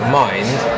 mind